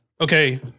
Okay